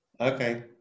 Okay